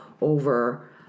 over